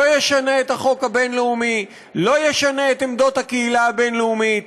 לא ישנה את החוק הבין-לאומי ולא ישנה את עמדות הקהילה הבין-לאומית.